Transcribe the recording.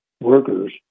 workers